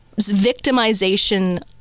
victimization